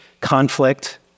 conflict